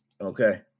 Okay